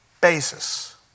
basis